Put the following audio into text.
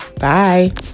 bye